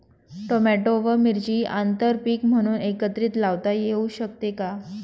Tomato व मिरची आंतरपीक म्हणून एकत्रित लावता येऊ शकते का?